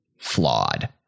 flawed